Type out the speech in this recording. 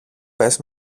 πες